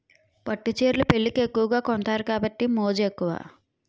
పట్టు చీరలు పెళ్లికి ఎక్కువగా కొంతారు కాబట్టి మోజు ఎక్కువ